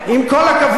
עם כל הכבוד,